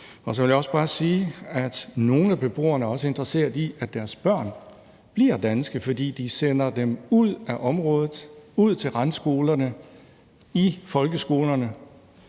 Så vil jeg også bare sige, at nogle af beboerne også er interesserede i, at deres børn bliver danske, fordi de sender dem ud af området, ud til randskolerne i folkeskolerne,